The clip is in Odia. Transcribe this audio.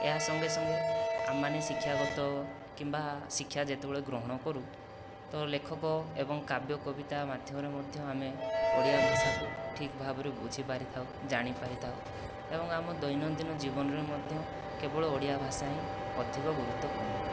ଏହା ସଙ୍ଗେ ସଙ୍ଗେ ଆମେମାନେ ଶିକ୍ଷାଗତ କିମ୍ବା ଶିକ୍ଷା ଯେତେବେଳେ ଗ୍ରହଣ କରୁ ତ ଲେଖକ ଏବଂ କାବ୍ୟକବିତା ମାଧ୍ୟମରେ ମଧ୍ୟ ଆମେ ଓଡ଼ିଆ ଭାଷାକୁ ଠିକ ଭାବରେ ବୁଝିପାରିଥାଉ ଜାଣିପାରିଥାଉ ଏବଂ ଆମ ଦୈନନ୍ଦିନ ଜୀବନରେ ମଧ୍ୟ କେବଳ ଓଡ଼ିଆ ଭାଷା ହିଁ ଅଧିକ ଗୁରୁତ୍ୱପୂର୍ଣ୍ଣ